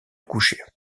coucher